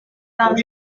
dans